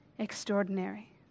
Extraordinary